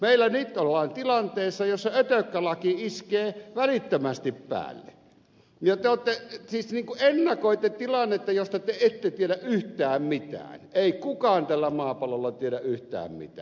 meillä nyt ollaan tilanteessa jossa ötökkälaki iskee välittömästi päälle ja te siis niin kuin ennakoitte tilannetta josta te ette tiedä yhtään mitään ei kukaan tällä maapallolla tiedä yhtään mitään